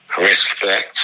respect